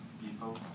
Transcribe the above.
people